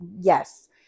yes